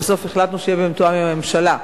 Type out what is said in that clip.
ובסוף החלטנו שיהיה במתואם עם הממשלה.